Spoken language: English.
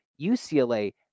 UCLA